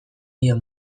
dio